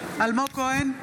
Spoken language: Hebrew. כהן,